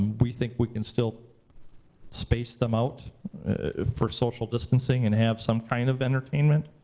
we think we can still space them out for social distancing and have some kind of entertainment.